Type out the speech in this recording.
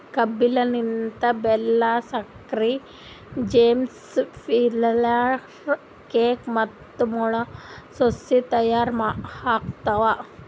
ಕಬ್ಬಿನ ಲಿಂತ್ ಬೆಲ್ಲಾ, ಸಕ್ರಿ, ಜ್ಯೂಸ್, ಫಿಲ್ಟರ್ ಕೇಕ್ ಮತ್ತ ಮೊಳಸಸ್ ತೈಯಾರ್ ಆತವ್